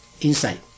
inside